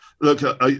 Look